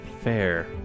fair